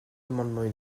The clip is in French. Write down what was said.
amendements